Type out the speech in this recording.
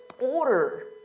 order